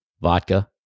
vodka